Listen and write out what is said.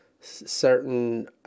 certain